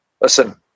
listen